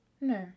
No